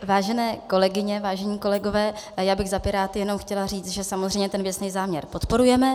Vážené kolegyně, vážení kolegové, já bych za Piráty jenom chtěla říct, že samozřejmě ten věcný záměr podporujeme.